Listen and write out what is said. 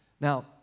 Now